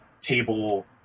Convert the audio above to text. table